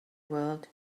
world